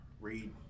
read